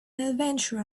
adventurer